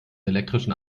elektrischen